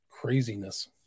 craziness